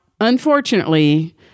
unfortunately